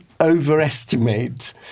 overestimate